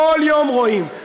כל יום רואים.